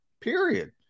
period